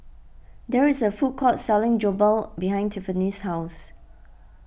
there is a food court selling Jokbal behind Tiffany's house